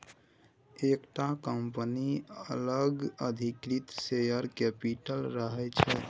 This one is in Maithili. एकटा कंपनी लग अधिकृत शेयर कैपिटल रहय छै